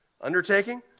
undertaking